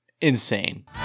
insane